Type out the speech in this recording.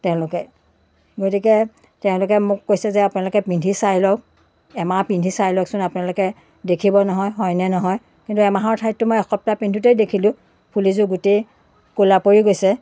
তেওঁলোকে গতিকে তেওঁলোকে মোক কৈছে যে আপোনালোকে পিন্ধি চাই লওক এমাহ পিন্ধি চাই লওকচোন আপোনালোকে দেখিব নহয় হয়নে নহয় কিন্তু এমাহৰ ঠাইতটো মই এসপ্তাহ পিন্ধোতেই দেখিলোঁ ফুলিযোৰ গোটেই ক'লা পৰি গৈছে